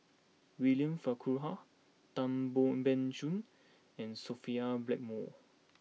William Farquhar Tan Ban Soon and Sophia Blackmore